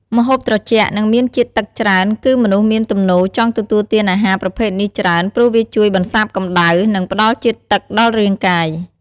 ម្ហូបត្រជាក់ និងមានជាតិទឹកច្រើន គឺមនុស្សមានទំនោរចង់ទទួលទានអាហារប្រភេទនេះច្រើនព្រោះវាជួយបន្សាបកម្ដៅ និងផ្តល់ជាតិទឹកដល់រាងកាយ។